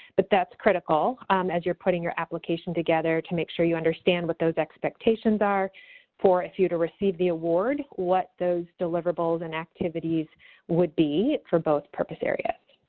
but that's critical as you're putting your application together to make sure you understand what those expectations are for if you're to receive the award, what those deliverables and activities would be for both purpose areas.